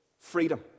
freedom